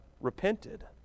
repented